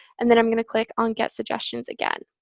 and then i'm going to click on get suggestions again.